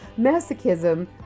masochism